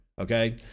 okay